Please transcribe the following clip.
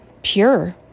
pure